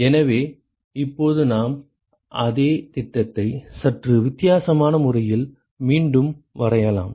எனவே இப்போது நாம் அதே திட்டத்தை சற்று வித்தியாசமான முறையில் மீண்டும் வரையலாம்